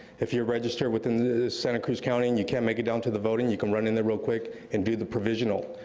if you're registered within santa cruz county, and you can't make it down to the voting, you can run in there real quick and do the provisional.